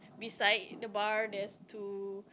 beside the bar there's two